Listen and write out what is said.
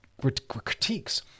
critiques